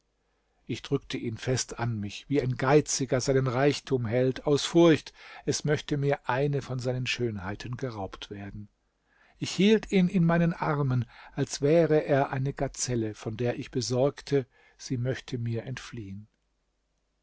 ich drückte ihn fest an mich wie ein geiziger seinen reichtum hält aus furcht es möchte mir eine von seinen schönheiten geraubt werden ich hielt ihn in meinen armen als wäre er eine gazelle von der ich besorgte sie möchte mir entfliehen